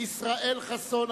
ישראל חסון,